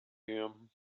him